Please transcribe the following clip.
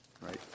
Right